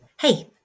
Hey